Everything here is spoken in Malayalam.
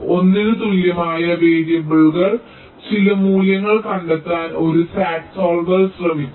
1 ന് തുല്യമായ വേരിയബിളുകളുടെ ചില മൂല്യങ്ങൾ കണ്ടെത്താൻ ഒരു SAT സോൾവർ ശ്രമിക്കും